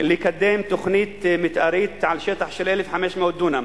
לקדם תוכנית מיתארית על שטח של 1,500 דונם.